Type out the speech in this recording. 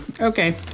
Okay